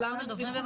אחרון הדוברים,